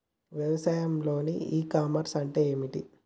వ్యవసాయంలో ecommerce అంటే ఏమిటి?